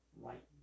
right